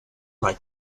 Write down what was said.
like